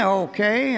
okay